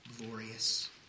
glorious